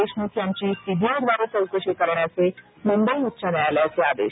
देशमुख यांची सीबीआयद्वारे चौकशी करण्याचे मुंबई उच्च न्यायालयाचे आदेश